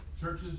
churches